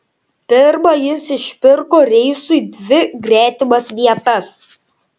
pirma jis išpirko reisui dvi gretimas vietas